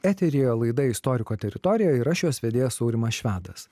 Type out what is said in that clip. eteryje laida istoriko teritorija ir aš jos vedėjas aurimas švedas